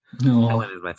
No